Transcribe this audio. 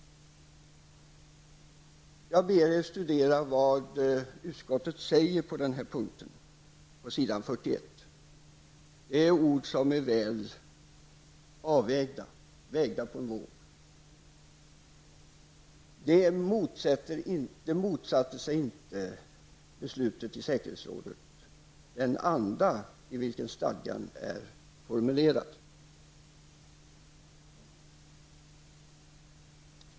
Jag ber er studera vad utskottet säger på denna punkt på s. 41. Det är ord som är väl avvägda, de är vägda på våg. Det motsatte sig inte beslutet i säkerhetsrådet den anda i vilken stadgan är formulerad.